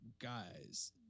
guys